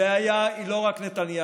הבעיה היא לא רק נתניהו,